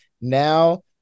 now